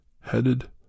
headed